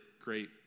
Great